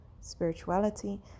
spirituality